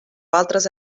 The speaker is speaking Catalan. altres